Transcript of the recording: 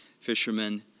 fishermen